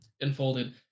unfolded